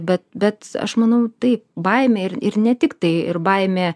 bet bet aš manau taip baimė ir ir ne tik tai ir baimė